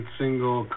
single